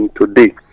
today